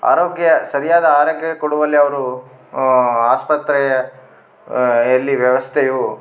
ಆರೋಗ್ಯ ಸರಿಯಾದ ಆರೋಗ್ಯ ಕೊಡುವಲ್ಲಿ ಅವರು ಆಸ್ಪತ್ರೆ ಯಲ್ಲಿ ವ್ಯವಸ್ಥೆಯು